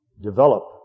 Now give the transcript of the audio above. Develop